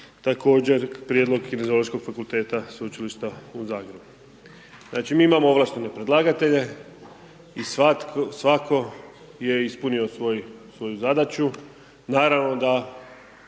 također prijedlog Kineziološkog fakulteta Sveučilišta u Zagrebu. Znači mi imamo ovlaštene predlagatelja i svatko je ispunio svoju zadaću. Naravno da